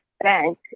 bank